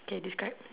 K describe